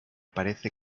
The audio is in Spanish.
parece